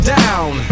down